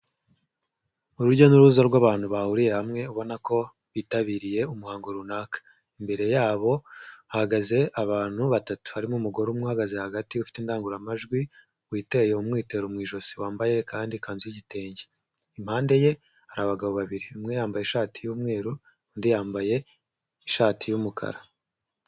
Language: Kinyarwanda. Urujya n'uruza rw'abantu bahuriye hamwe ubona ko bitabiriye umuhango runaka. Imbere yabo hagaze abantu batatu, harimo umugore umwe uhagaze hagati ufite indangururamajwi witeye umwitero mu ijosi, wambaye kandi ikanzu y'igitenge. Impande ye hari abagabo babiri umwe yambaye ishati y'umweru undi yambaye ishati y'umukara.